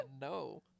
no